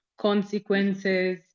consequences